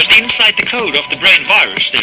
inside the code of the brain virus there